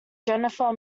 jennifer